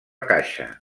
caixa